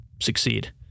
succeed